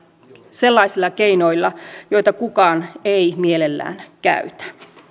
sellaisilla keinoilla joita kukaan ei mielellään käytä